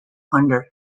under